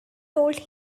told